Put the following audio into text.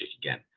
again